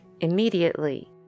immediately